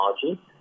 technology